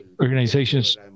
organizations